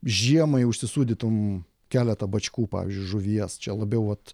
žiemai užsisūdytum keletą bačkų pavyzdžiui žuvies čia labiau vat